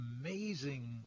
amazing